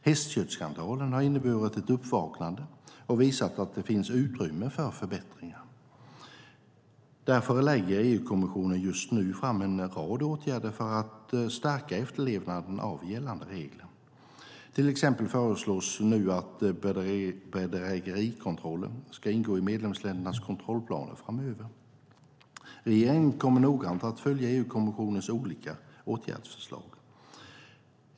Hästköttsskandalen har inneburit ett uppvaknande och visat att det finns utrymme för förbättringar. Därför lägger EU-kommissionen just nu fram en rad förslag om åtgärder för att stärka efterlevnaden av gällande regler. Till exempel föreslås nu att bedrägerikontroller ska ingå i medlemsländernas kontrollplaner framöver. Regeringen kommer noggrant att följa EU-kommissionens olika åtgärdsförslag.